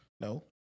No